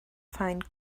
find